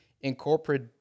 incorporate